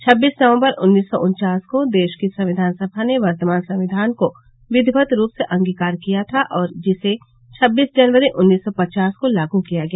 छब्बीस नवंबर उन्नीस सौ उन्चास को देश की संविधान सभा ने वर्तमान संविधान को विधिवत रूप से अंगीकार किया था और जिसे छब्बीस जनवरी उन्नीस सौ पचास को लागू किया गया